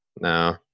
No